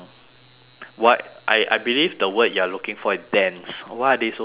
what I I believe the word you're looking for is dense why are they so dense